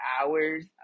hours